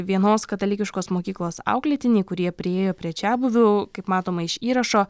vienos katalikiškos mokyklos auklėtiniai kurie priėjo prie čiabuvių kaip matoma iš įrašo